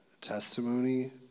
testimony